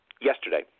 yesterday